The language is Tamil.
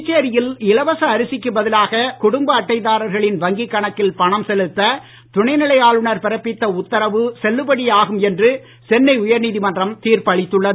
புதுச்சேரியில் இலவச அரிசிக்கு பதிலாக குடும்ப அட்டைத்தாரர்களின் வங்கி கணக்கில் பணம் செலுத்த துணைநிலை ஆளுநர் பிறப்பித்த உத்தரவு செல்லுபடியாகும் என்று சென்னை உயர்நீதிமன்றம் தீர்ப்பளித்துள்ளது